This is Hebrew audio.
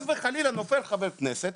חס וחלילה,